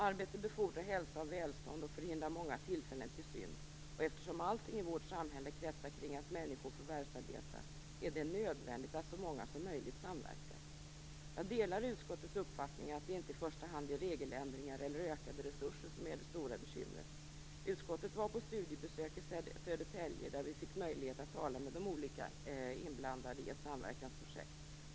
Arbete befordrar hälsa och välstånd och förhindrar många tillfällen till synd. Eftersom allting i vårt samhälle kretsar kring att människor förvärvsarbetar är det nödvändigt att så många som möjligt samverkar. Jag delar utskottets uppfattning att det inte i första hand är regeländringar eller ökade resurser som är det stora bekymret. Utskottet var på studiebesök i Södertälje där vi fick möjlighet att tala med de olika inblandade i ett samverkansprojekt.